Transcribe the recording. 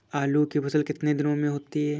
आलू की फसल कितने दिनों में होती है?